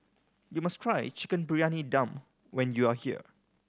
you must try Chicken Briyani Dum when you are here